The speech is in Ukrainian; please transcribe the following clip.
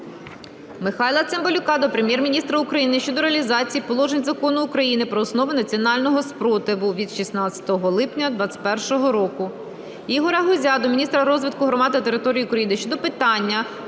Михайла Цимбалюка до Прем'єр-міністра України щодо реалізації положень Закону України "Про основи національного спротиву" від 16 липня 21-го року. Ігоря Гузя до міністра розвитку громад та територій України щодо питання